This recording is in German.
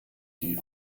die